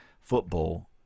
football